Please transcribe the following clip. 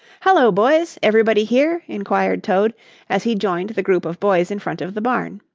hello, boys! everybody here? inquired toad as he joined the group of boys in front of the barn.